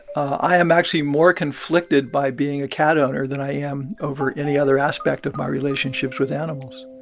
i am actually more conflicted by being a cat owner than i am over any other aspect of my relationships with animals